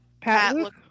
Pat